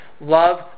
Love